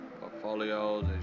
portfolios